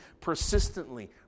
persistently